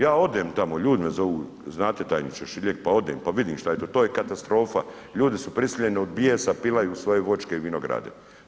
Ja odem tamo, ljudi me zovu, znate tajniče Šiljeg, pa odem, pa vidim šta je to, to je katastrofa ljudi su prisiljeni od bijesa pilaju svoje voćke i vinograde.